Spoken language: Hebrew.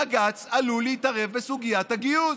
בג"ץ עלול להתערב בסוגיית הגיוס.